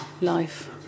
life